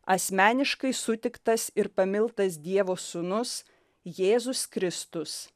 asmeniškai sutiktas ir pamiltas dievo sūnus jėzus kristus